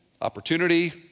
opportunity